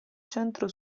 centro